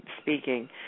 speaking